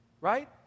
right